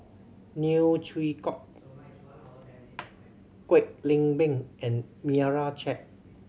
Neo Chwee Kok Kwek Leng Beng and Meira Chand